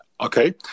Okay